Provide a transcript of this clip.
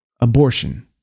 Abortion